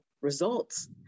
results